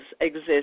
exist